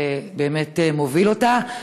שמוביל אותה,